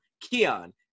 Keon